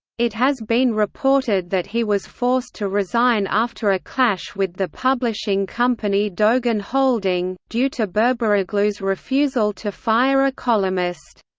it has been reported that he was forced to resign after a clash with the publishing company dogan holding, due to berberoglu's refusal to fire a columnist.